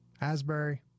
Asbury